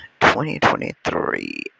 2023